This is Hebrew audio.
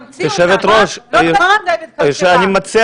עכשיו,